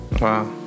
Wow